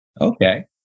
Okay